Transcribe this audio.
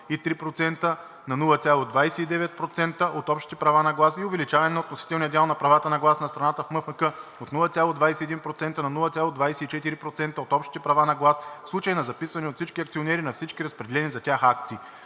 0,30% на 0,29% от общите права на глас и увеличаване на относителния дял на правата на глас на страната в МФК от 0,21% на 0,24% от общите права на глас, в случай на записване от всички акционери на всички разпределени за тях акции.